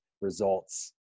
results